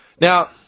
Now